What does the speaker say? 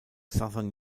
southern